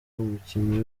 umukinnyi